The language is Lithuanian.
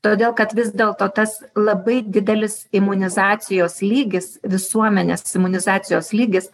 todėl kad vis dėlto tas labai didelis imunizacijos lygis visuomenės imunizacijos lygis